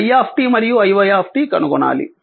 i మరియు iy కనుగొనాలి